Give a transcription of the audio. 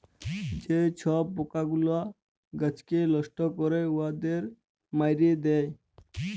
যে ছব পকাগুলা গাহাচকে লষ্ট ক্যরে উয়াদের মাইরে দেয়